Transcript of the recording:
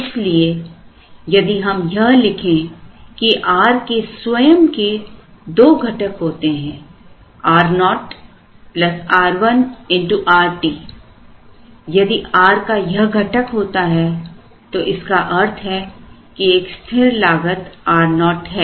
इसलिए यदि हम यह लिखें कि r के स्वयं के दो घटक होते हैं r0 r1 rt यदि rका यह घटक होता है तो इसका अर्थ है कि एक स्थिर लागत r0 है